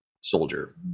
soldier